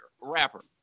rapper